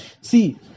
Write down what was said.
See